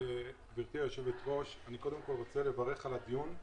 גבירתי היו"ר, אני קודם כל רוצה לברך על הדיון.